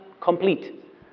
complete